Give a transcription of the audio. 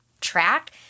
track